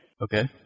Okay